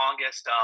longest